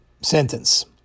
sentence